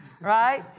Right